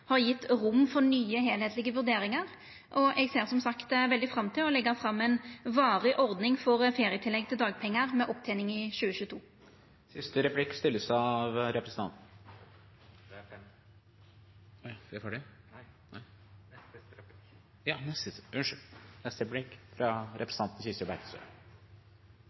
har gjeve rom for nye heilskaplege vurderingar. Eg ser som sagt veldig fram til å leggja fram ei varig ordning for ferietillegg til dagpengar med opptening i 2022. Det har blitt enighet om en viktig forlengelse av